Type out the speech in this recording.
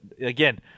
again